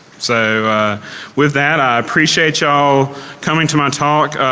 so with that, i appreciate y'all coming to my talk.